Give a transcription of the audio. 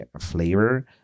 flavor